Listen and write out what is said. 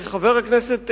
חבר הכנסת,